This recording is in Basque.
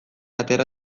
atera